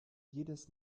jedes